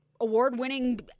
award-winning